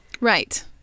Right